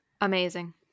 amazing